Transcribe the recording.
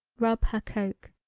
rub her coke.